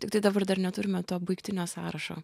tiktai dabar dar neturime to baigtinio sąrašo